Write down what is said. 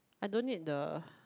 I don't need the